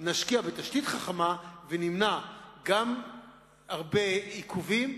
ונמנע גם הרבה עיכובים,